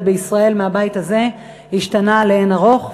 בישראל בבית הזה השתנה לאין-ערוך,